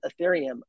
Ethereum